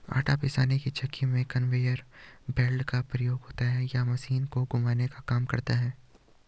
आटा पीसने की चक्की में कन्वेयर बेल्ट का प्रयोग होता है यह मशीन को घुमाने का काम करती है